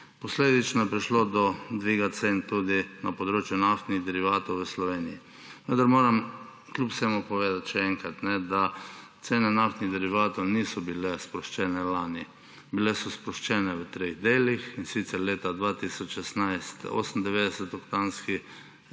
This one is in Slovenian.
Posledično je prišlo do dviga cen tudi na področju naftnih derivatov v Sloveniji. Vendar moram kljub vsemu povedati še enkrat, da cene naftnih derivatov niso bile sproščene lani, bile so sproščene v treh delih, in sicer leta 2016, 98-oktanski